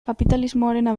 kapitalismoarena